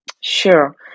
Sure